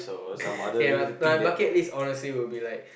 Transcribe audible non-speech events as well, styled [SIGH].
[BREATH] K my my bucket list honestly would be like